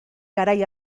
garai